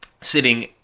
sitting